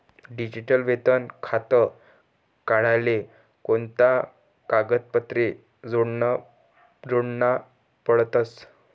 Digital वेतन खातं काढाले कोणता कागदपत्रे जोडना पडतसं?